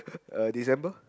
uh December